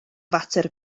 fater